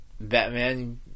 Batman